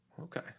Okay